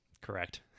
Correct